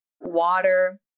water